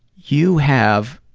you have